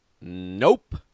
Nope